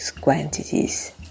quantities